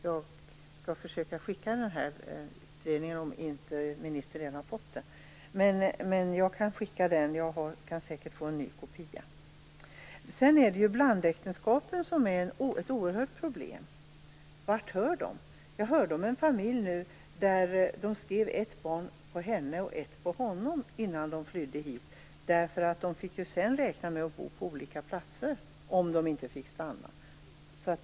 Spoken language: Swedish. Jag skall försöka skicka denna utredning till ministern om han inte redan har fått den. Jag kan säkert få en ny kopia. Blandäktenskapen är ett oerhört problem. Vart hör de? Jag hörde om en familj som hade skrivit ett barn på henne och ett på honom innan de flydde hit, därför att de sedan skulle få räkna med att bo på olika platser om de inte fick stanna.